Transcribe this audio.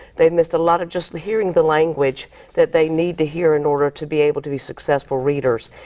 they have missed a lot of just hearing the language that they need to hear in order to be able to be successful readers.